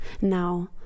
now